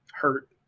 hurt